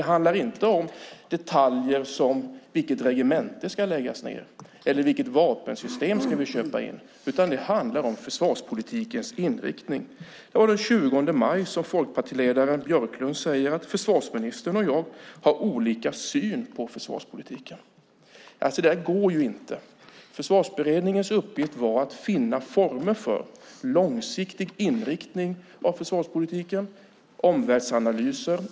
Det handlar inte om detaljer som vilket regemente som ska läggas ned eller vilket vapensystem som vi ska köpa in, utan det handlar om försvarspolitikens inriktning. Den 20 maj sade folkpartiledaren Björklund: Försvarsministern och jag har olika syn på försvarspolitiken. Det här går ju inte. Försvarsberedningens uppgift var att finna former för en långsiktig inriktning av försvarspolitiken och göra omvärldsanalyser.